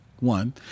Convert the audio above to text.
One